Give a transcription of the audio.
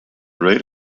rate